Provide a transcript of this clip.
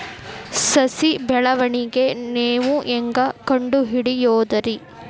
ಸಸಿ ಬೆಳವಣಿಗೆ ನೇವು ಹ್ಯಾಂಗ ಕಂಡುಹಿಡಿಯೋದರಿ?